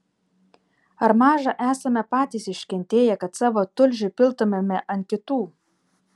ar maža esame patys iškentėję kad savo tulžį piltumėme ant kitų